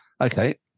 okay –